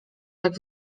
jak